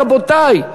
רבותי,